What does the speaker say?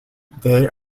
they